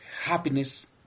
happiness